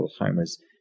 Alzheimer's